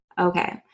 okay